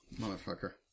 Motherfucker